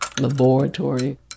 laboratory